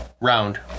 Round